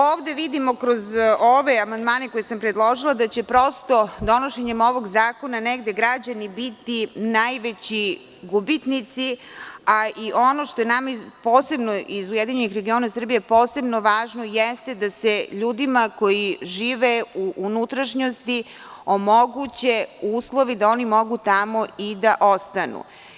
Ovde vidimo, kroz ove amandmane koje sam predložila da će prosto donošenjem ovog zakona negde građani biti najveći gubitnici, a i ono što je nama iz URS posebno važno jeste da se ljudima koji žive u unutrašnjosti omoguće uslovi da oni mogu tamo i da ostanu.